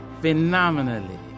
phenomenally